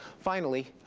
finally,